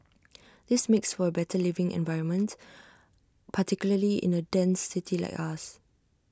this makes for A better living environment particularly in A dense city like us